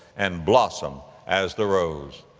and blossom as the rose.